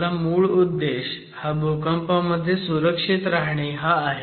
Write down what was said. आपला मूळ उद्देश हा भूकंपामध्ये सुरक्षित राहणे हा आहे